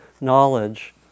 knowledge